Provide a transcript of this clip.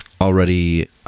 already